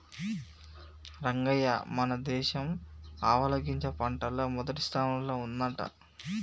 రంగయ్య మన దేశం ఆవాలగింజ పంటల్ల మొదటి స్థానంల ఉండంట